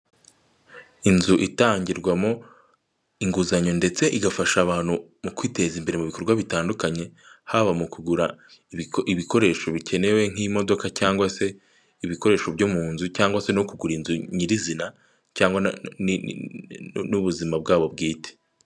Inzu itangirwamo inguzanyo ndetse igafasha abantu mu kwiteza imbere mu bikorwa bitandukanye, haba mu kugura ibikoresho bikenewe nk'imodoka cyangwa se ibikoresho byo mu nzu cyangwa se no kugura inzu nyirizina, cyangwa n'ubuzima bwabo bwite.